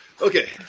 Okay